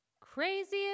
Craziest